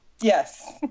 Yes